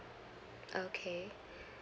okay